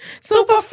super